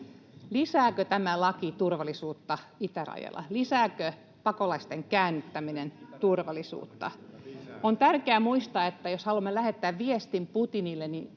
Lisääkö tämä laki turvallisuutta itärajalla? Lisääkö pakolaisten käännyttäminen turvallisuutta? On tärkeää muistaa, että jos haluamme lähettää viestin Putinille, niin